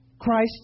Christ